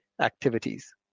activities